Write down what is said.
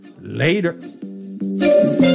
Later